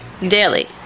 Daily